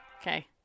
Okay